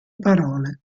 parole